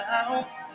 out